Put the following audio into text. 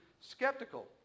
skeptical